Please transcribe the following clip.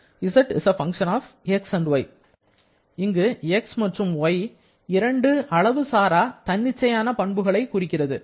z fx y இங்கு x மற்றும் y இரண்டு அளவு சாரா தன்னிச்சையான பண்புகளை குறிக்கிறது